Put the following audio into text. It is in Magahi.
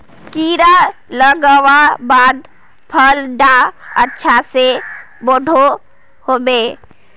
कीड़ा लगवार बाद फल डा अच्छा से बोठो होबे?